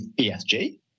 ESG